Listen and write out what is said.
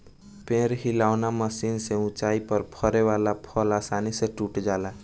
पेड़ हिलौना मशीन से ऊंचाई पर फरे वाला फल आसानी से टूट जाला